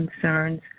concerns